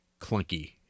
clunky